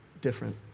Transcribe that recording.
different